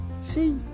see